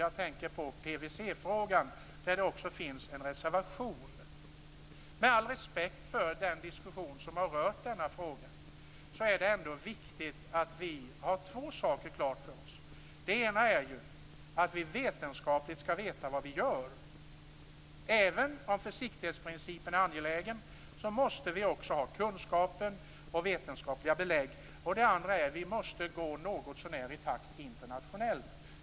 Jag tänker på PVC-frågan, där det också finns en reservation. Med all respekt för diskussionen i denna fråga är det viktigt att vi har två saker klart för oss. För det första skall vi veta vad vi gör, vetenskapligt. Även om försiktighetsprincipen är angelägen måste vi ha kunskap och vetenskapliga belägg. För det andra måste vi också gå någotsånär i takt internationellt.